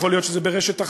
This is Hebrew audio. יכול להיות שזה ברשת אחרת,